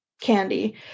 candy